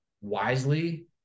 wisely